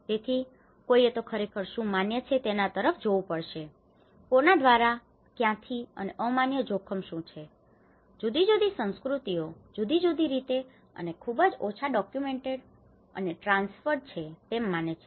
તેથી કોઈએ તો ખરેખર શું માન્ય છે તેના તરફ જોવું પડશે કોને કોના દ્વારા ક્યાંથી અને અમાન્ય જોખમ શું છે જુદી જુદી સંસ્કૃતિઓ જુદી જુદી રીતે અને ખુબજ ઓછા ડોક્યુમેન્ટેડ અને ટ્રાન્સ્ફર્ડ છે તેમ માને છે